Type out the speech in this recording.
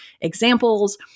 examples